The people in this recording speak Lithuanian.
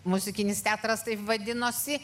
muzikinis teatras taip vadinosi